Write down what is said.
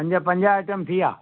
पंज पंज आइटम थी विया